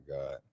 god